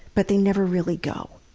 but they never really go.